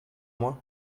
moi